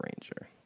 Ranger